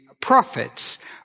prophets